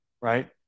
right